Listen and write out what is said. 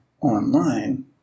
online